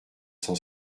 cent